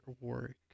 work